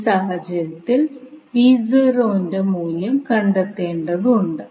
ഈ സാഹചര്യത്തിൽ ന്റെ മൂല്യം കണ്ടെത്തേണ്ടതുണ്ട്